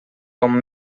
com